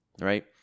right